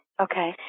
okay